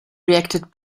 reacted